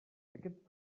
aquest